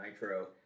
Nitro